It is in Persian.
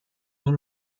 این